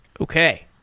Okay